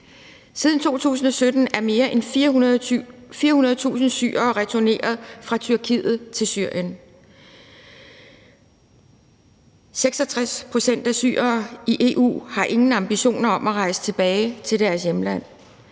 Siden 2017 er mere end 400.000 syrere returneret fra Tyrkiet til Syrien. 66 pct. af syrerne i EU har ingen ambitioner om at rejse tilbage til deres hjemland.